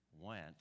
went